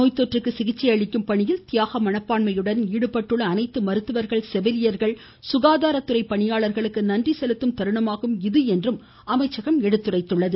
நோய்த்தொற்றுக்கு சிகிச்சை அளிக்கும் பணியில் தியாக மனப்பான்மையுடன் ஈடுபட்டுள்ள அனைத்து மருத்துவர்கள் செவிலியர்கள் சுகாதாரத்துறை பணியாளர்களுக்கு நன்றி செலுத்தும் தருணமாகும் இது என்றும் அமைச்சகம் எடுத்துரைத்துள்ளது